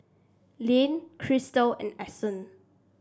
Layne Crystal and Ason